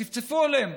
צפצפו עליהם.